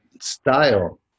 style